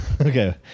okay